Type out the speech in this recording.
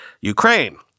Ukraine